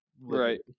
Right